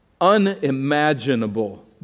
unimaginable